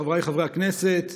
חבריי חברי הכנסת,